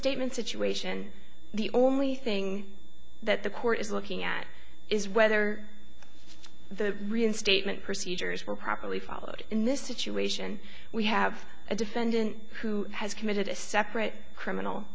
reinstatement situation the only thing that the court is looking at is whether the reinstatement procedures were properly followed in this situation we have a defendant who has committed a separate criminal